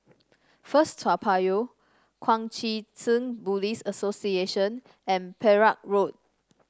First Toa Payoh Kuang Chee Tng Buddhist Association and Perak Road